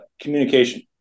Communication